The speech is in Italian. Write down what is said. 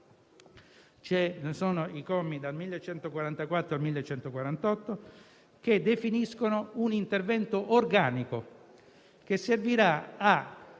i commi dal 1144 al 1848 definiscono un intervento organico che servirà a